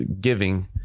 giving